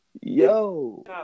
Yo